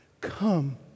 come